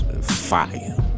fire